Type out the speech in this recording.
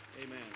Amen